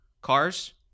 cars